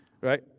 right